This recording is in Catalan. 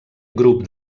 grup